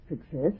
success